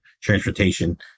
transportation